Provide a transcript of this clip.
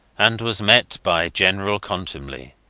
and was met by general contumely.